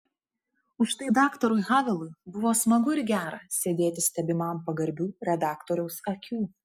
užtai daktarui havelui buvo smagu ir gera sėdėti stebimam pagarbių redaktoriaus akių